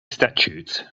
statutes